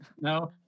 No